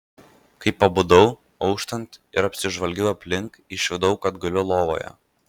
kai pabudau auštant ir apsižvalgiau aplink išvydau kad guliu lovoje